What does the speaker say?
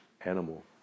animal